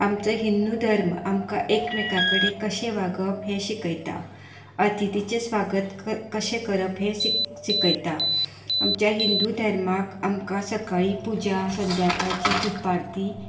आमचो हिन्नू धर्म आमकां एकमेकां कडेन कशें वागप हें शिकयता अतिथिचें स्वागत क कशें करप हें शिक शिकयता आमच्या हिंदू धर्माक आमकां सकाळीं पुजा संद्याकाळची धुपार्ती